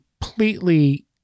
completely